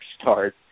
start